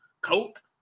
coke